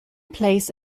place